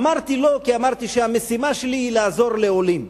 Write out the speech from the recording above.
אמרתי "לא" כי אמרתי שהמשימה שלי היא לעזור לעולים,